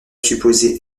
supposé